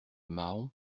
mahon